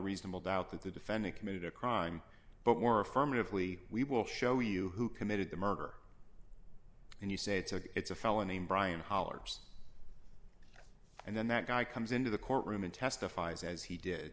reasonable doubt that the defendant committed a crime but we're a firm if we we will show you who committed the murder and you say it's a it's a felony brian hollers and then that guy comes into the courtroom and testifies as he did